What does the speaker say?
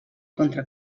contra